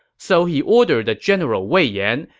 so he ordered the general wei yan,